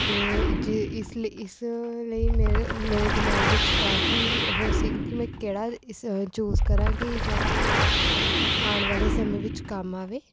ਅਤੇ ਜੇ ਇਸ ਲੇ ਇਸ ਲਈ ਮੇਰੇ ਮੇਰੇ ਦਿਮਾਗ਼ ਵਿੱਚ ਕਾਫੀ ਉਹ ਸੀ ਕਿ ਮੈਂ ਕਿਹੜਾ ਇਸ ਚੂਜ਼ ਕਰਾਂ ਕਿ ਜਿਹੜਾ ਮੈਨੂੰ ਆਉਣ ਵਾਲੇ ਸਮੇਂ ਵਿੱਚ ਕੰਮ ਆਵੇ